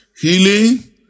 healing